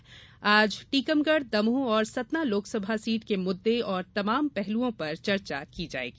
इस बार टीकमगढ़ दमोह और सतना लोकसभा सीट के मुद्दे और तमाम पहलुओं पर चर्चा की जायेगी